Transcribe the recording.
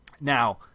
Now